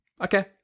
Okay